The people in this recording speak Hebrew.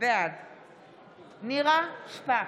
בעד נירה שפק,